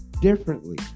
differently